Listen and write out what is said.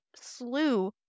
slew